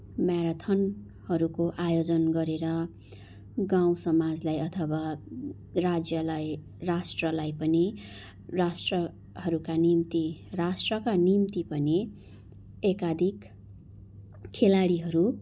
म्याराथनहरूको आयोजन गरेर गाउँ समाजलाई अथवा राज्यलाई राष्ट्रलाई पनि राष्ट्रहरूका निम्ति राष्ट्रका निम्ति पनि एकाधिक खेलाडीहरू